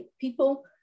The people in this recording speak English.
people